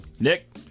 nick